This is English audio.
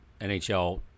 NHL